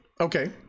Okay